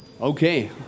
Okay